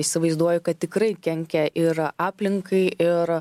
įsivaizduoju kad tikrai kenkia ir aplinkai ir